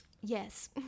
Yes